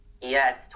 yes